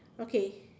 okay